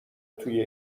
توی